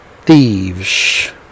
Thieves